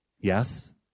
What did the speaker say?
yes